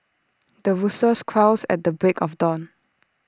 the rooster crows at the break of dawn